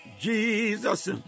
Jesus